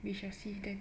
we shall see then